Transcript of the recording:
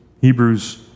Hebrews